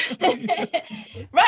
right